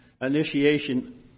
initiation